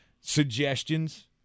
suggestions